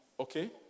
Okay